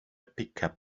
pickup